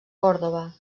còrdova